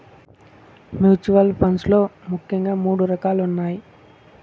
mutual funds లో ముఖ్యంగా మూడు రకాలున్నయ్